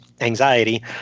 anxiety